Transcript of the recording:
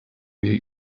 jej